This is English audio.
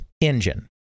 engine